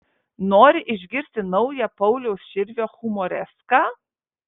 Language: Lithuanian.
nori išgirsti naują pauliaus širvio humoreską